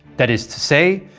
that is to say,